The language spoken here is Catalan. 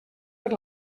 per